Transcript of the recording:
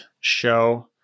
show